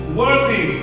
worthy